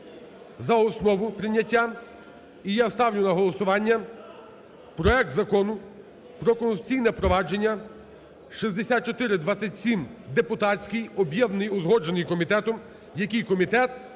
за основу прийняття. І я ставлю на голосування проект Закону про Конституційне провадження 6427 депутатський, об'єднаний, узгоджений комітетом, який комітет